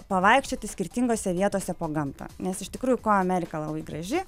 pavaikščioti skirtingose vietose po gamtą nes iš tikrųjų kuo amerika labai graži